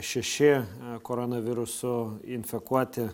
šeši koronavirusu infekuoti